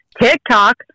TikTok